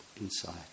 inside